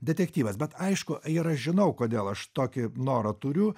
detektyvas bet aišku ir aš žinau kodėl aš tokį norą turiu